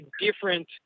different